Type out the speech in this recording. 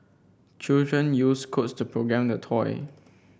children used codes to program the toy